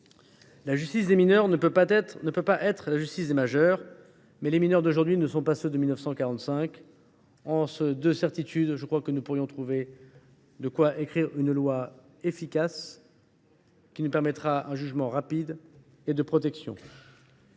La justice des mineurs ne peut pas être celle des majeurs, mais les mineurs d’aujourd’hui ne sont pas ceux de 1945. Forts de ces deux certitudes, nous saurons trouver de quoi écrire une loi efficace, qui nous permettra un jugement rapide et protecteur.